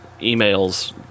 emails